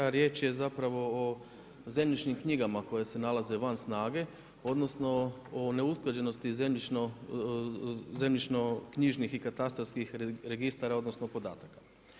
Riječ je o zemljišnim knjigama koje se nalaze van snage odnosno o neusklađenosti zemljišno-knjižnih i katastarskih registara odnosno podataka.